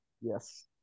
Yes